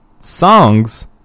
Songs